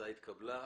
ההצעה התקבלה.